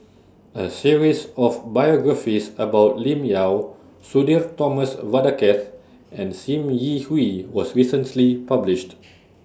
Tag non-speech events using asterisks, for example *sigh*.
A series of biographies about Lim Yau Sudhir Thomas Vadaketh and SIM Yi Hui was recently published *noise*